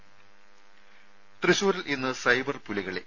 രമേ ത്വശൂരിൽ ഇന്ന് സൈബർ പുലികളി